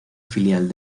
filial